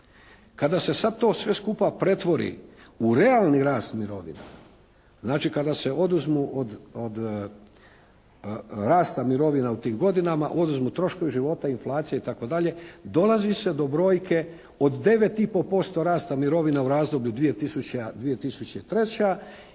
Kada se sada to sve skupa pretvori u realni rast mirovina, znači kada se oduzmu od rasta mirovina u tim godinama, oduzmu troškovi života, inflacija itd. dolazi se do brojke od 9,5% rasta mirovina u razdoblju 2000.